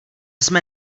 jsme